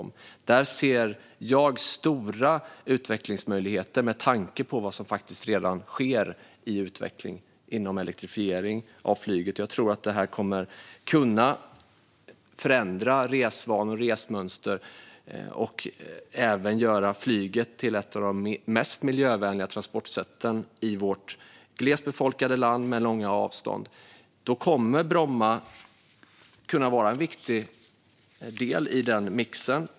Där ser jag stora utvecklingsmöjligheter med tanke på vad som faktiskt redan sker inom elektrifiering av flyget. Jag tror att det kommer att kunna förändra resvanor och resmönster och även göra flyget till ett av de mest miljövänliga transportsätten i vårt glest befolkade land med långa avstånd. Bromma kommer att kunna vara en viktig del i den mixen.